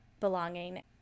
belonging